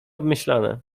obmyślane